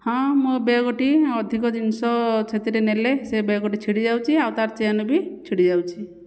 ହଁ ମୋ ବ୍ୟାଗ୍ଟି ଅଧିକ ଜିନିଷ ସେଥିରେ ନେଲେ ସେ ବ୍ୟାଗ୍ଟି ଛିଡ଼ିଯାଉଛି ଆଉ ତା'ର ଚେନ୍ ବି ଛିଡ଼ିଯାଉଛି